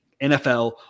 NFL